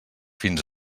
fins